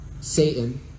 Satan